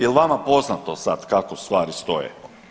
Jel vama poznato sad kako stvari stoje?